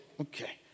Okay